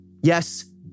Yes